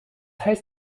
heißt